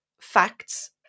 facts